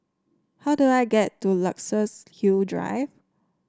how do I get to Luxus Hill Drive